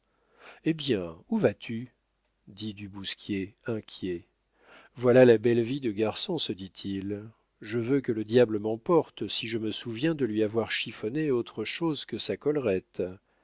eh bien où vas-tu dit du bousquier inquiet voilà la belle vie de garçon se dit-il je veux que le diable m'emporte si je me souviens de lui avoir chiffonné autre chose que sa collerette